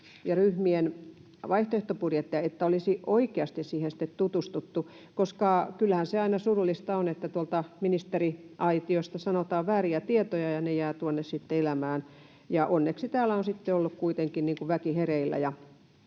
ryhmien vaihtoehtobudjetteja, että olisi oikeasti siihen tutustuttu, koska kyllähän se aina surullista on, että ministeriaitiosta sanotaan vääriä tietoja ja ne jäävät sitten elämään. Onneksi täällä on kuitenkin väki ollut